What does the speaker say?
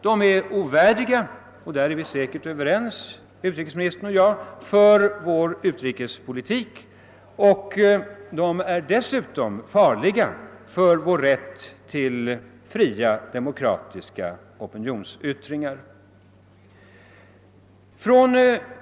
De är ovärdiga — härvidlag är utrikesministern och jag säkert överens — för vår utrikespolitik och dessutom farliga för vår rätt till fria demokratiska opinionsyttringar.